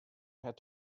had